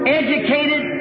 educated